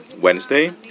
Wednesday